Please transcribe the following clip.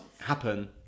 happen